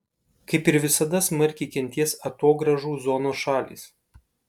kaip ir visada smarkiai kentės atogrąžų zonos šalys